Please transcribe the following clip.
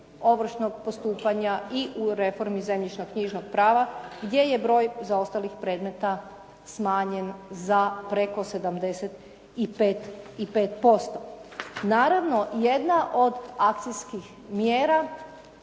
ovršnog postupanja i u reformi zemljišno-knjižnog prava, gdje je broj zaostalih predmeta smanjen za preko 75%. Naravno jedna od akcijskih mjera